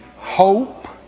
Hope